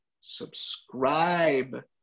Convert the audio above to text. subscribe